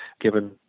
given